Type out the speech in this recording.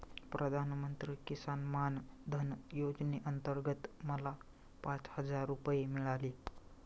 प्रधानमंत्री किसान मान धन योजनेअंतर्गत मला पाच हजार रुपये मिळाले